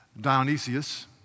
Dionysius